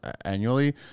annually